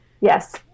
Yes